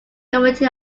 community